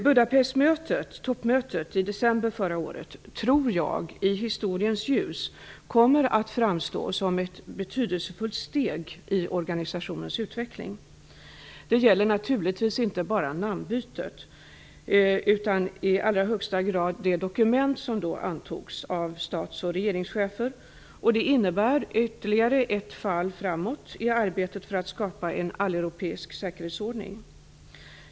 Toppmötet i Budapest i december förra året tror jag i historiens ljus kommer att framstå som ett betydelsefullt steg i organisationens utveckling. Det gäller naturligtvis inte bara namnbytet utan i allra högsta grad det dokument som då antogs av stats och regeringschefer. Det innebär ytterligare ett fall framåt i arbetet för att skapa en alleuropeisk säkerhetsordning.